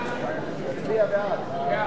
אי-אמון בממשלה